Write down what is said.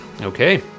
Okay